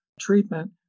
treatment